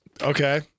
Okay